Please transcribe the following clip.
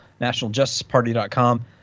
nationaljusticeparty.com